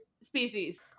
species